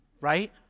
right